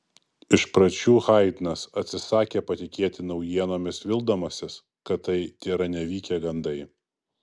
iš pradžių haidnas atsisakė patikėti naujienomis vildamasis kad tai tėra nevykę gandai